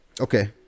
okay